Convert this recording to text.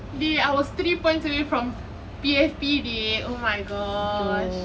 dey I was three points away from P_F_P dey oh my gosh